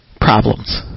problems